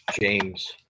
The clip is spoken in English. james